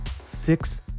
six